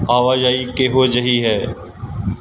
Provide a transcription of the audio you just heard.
ਆਵਾਜਾਈ ਕਿਹੋ ਜਿਹੀ ਹੈ